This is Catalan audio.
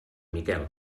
miquel